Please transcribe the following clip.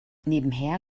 nebenher